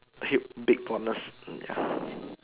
hit big bonus mm ya